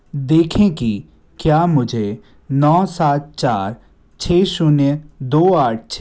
देखें कि क्या मुझे नौ सात चार छः शून्य दो आठ छः सात दो नौ एट द रेट पेटीएम से चालीस हज़ार रुपये मिले या नहीं